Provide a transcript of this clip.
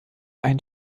ein